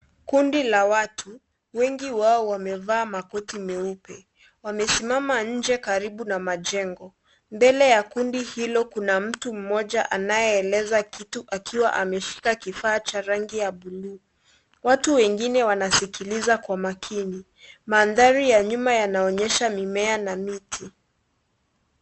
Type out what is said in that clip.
Kundi la watu, wengi wao wamevaa makoti meupe. Wamesimama nje karibu na majengo. Mbele ya kundi hilo, kuna mtu mmoja anayeeleza kitu akiwa ameshika kifaa cha rangi ya buluu. Watu wengine wanasikiliza kwa makini. Mandhari ya nyuma yanaonyesha mimea na miti.